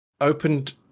opened